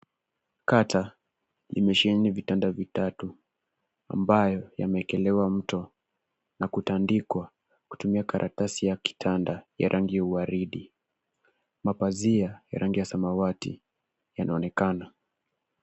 Kata imesheheni vitanda vitatu ambayo yameekelewa mto na kutandikwa kutumia karatasi ya kitanda ya rangi ya waridi. Mapazia ya rangi ya samawati yanaonekana.